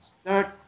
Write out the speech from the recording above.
start